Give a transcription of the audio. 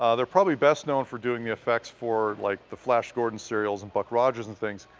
ah they're probably best known for doing the effects for like the flash gordon serials and buck rogers and things,